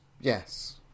yes